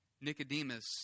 Nicodemus